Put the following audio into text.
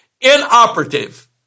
inoperative